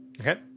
Okay